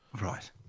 Right